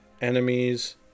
enemies